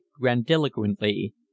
grandiloquently